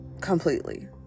Completely